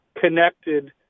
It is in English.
connected